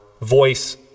voice